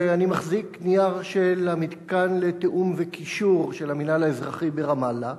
אני מחזיק נייר של המתקן לתיאום וקישור של המינהל האזרחי ברמאללה,